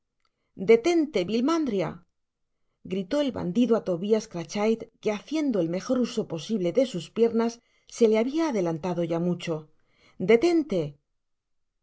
detente vil mandria gritó el bandido á tobias crachit que haciendo el mejor uso posible de sus piernas se le habia adelantado ya mucho detente